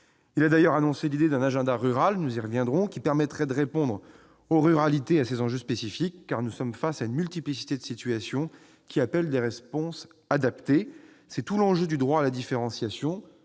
Il a d'ailleurs avancé l'idée d'un « agenda rural »- nous y reviendrons -, qui permettrait de répondre aux enjeux spécifiques des ruralités. Nous sommes face, en effet, à une multiplicité de situations, qui appellent des réponses adaptées. C'est tout l'enjeu du droit à la différenciation-